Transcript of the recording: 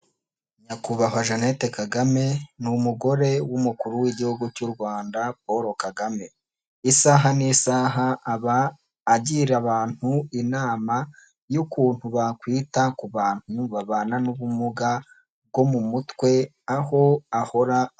NyakubahwJeannette Kagame ni umugore w'umukuru w'Igihugu cy'u Rwanda Paul Kagame isaha n'isaha aba agira abantu inama y'ukuntu bakwita ku bantu babana n'ubumuga bwo mu mutwe aho ahora...